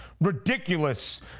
ridiculous